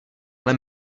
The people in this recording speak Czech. ale